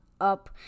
up